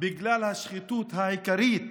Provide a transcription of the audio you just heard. בגלל השחיתות העיקרית